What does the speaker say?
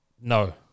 No